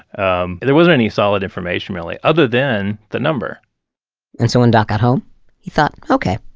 um there wasn't any solid information really, other than the number and so when doc got home he thought, okay,